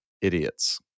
Idiots